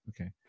Okay